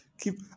Keep